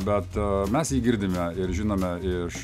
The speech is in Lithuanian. bet mes jį girdime ir žinome iš